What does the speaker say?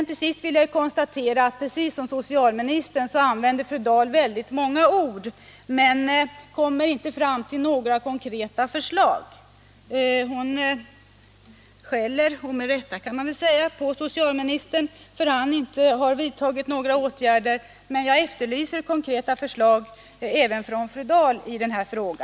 Till sist vill jag konstatera att fru Dahl precis som socialministern använde väldigt många ord men inte kom fram till några konkreta förslag. Hon skällde —- med rätta, kan man väl säga — på socialministern för 45 att han inte vidtagit några åtgärder, men jag efterlyser konkreta förslag även från fru Dahl i denna fråga.